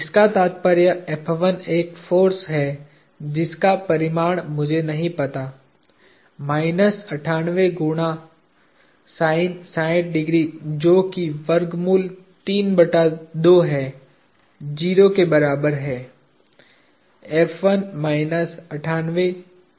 इसका तात्पर्य एक फोर्स है जिसका परिमाण मुझे नहीं पता माइनस 98 गुना sin 60 जो कि वर्गमूल तीन बटा दो है 0 के बराबर है